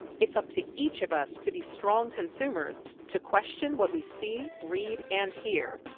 it's up to each of us to be strong consumers, to question what we see, read, and hear.